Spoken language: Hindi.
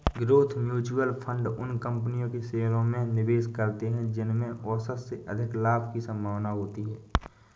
ग्रोथ म्यूचुअल फंड उन कंपनियों के शेयरों में निवेश करते हैं जिनमें औसत से अधिक लाभ की संभावना होती है